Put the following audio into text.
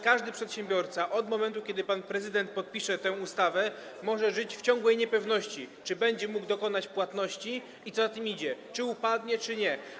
Każdy przedsiębiorca od momentu, kiedy pan prezydent podpisze tę ustawę, może żyć w ciągłej niepewności, czy będzie mógł dokonać płatności, a co za tym idzie, czy upadnie, czy nie.